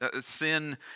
Sin